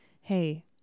Hey